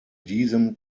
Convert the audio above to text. diesem